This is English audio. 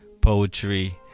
poetry